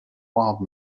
wild